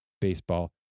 baseball